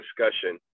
discussion